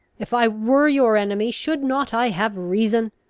if i were your enemy, should not i have reason?